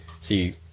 see